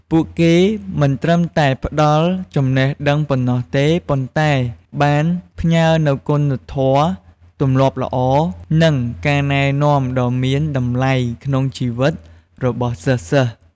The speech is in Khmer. ពួកគេមិនត្រឹមតែផ្តល់ចំណេះដឹងប៉ុណ្ណោះទេ ប៉ុន្តែបានផ្ញើនូវគុណធម៌ ទម្លាប់ល្អ និងការណែនាំដ៏មានតម្លៃក្នុងជីវិតរបស់សិស្សៗ។